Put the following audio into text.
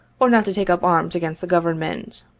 or not to take up arms against the government.